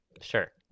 Sure